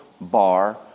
bar